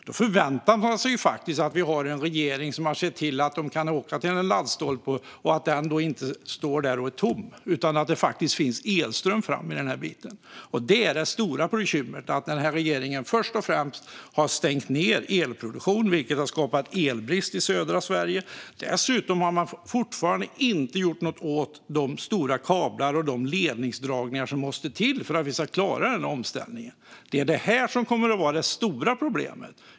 Då förväntar man sig att vi har en regering som ser till att de kan åka till laddstolpar som inte står tomma utan där det faktiskt finns elström. Det är här det stora bekymret finns. Den här regeringen har först och främst stängt ned elproduktion, vilket har skapat elbrist i södra Sverige. Dessutom har man fortfarande inte gjort något åt de stora kablar och de ledningsdragningar som måste till för att vi ska klara den här omställningen. Det är detta som kommer att vara det stora problemet.